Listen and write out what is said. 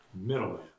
Middle